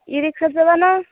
ই ৰিক্সাত যাবানা